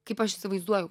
kaip aš įsivaizduoju